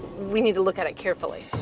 we need to look at it carefully.